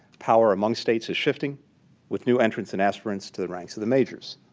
power amongst states is shifting with new entrants and aspirants to the ranks of the majors.